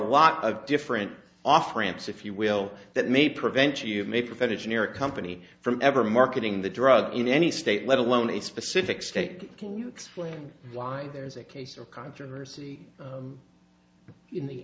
lot of different off ramps if you will that may prevent you may prevent a generic company from ever marketing the drug in any state let alone a specific stake can you explain why there is a case or controversy in the